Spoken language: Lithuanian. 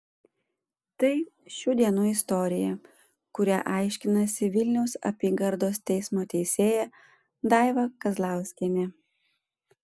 tai šių dienų istorija kurią aiškinasi vilniaus apygardos teismo teisėja daiva kazlauskienė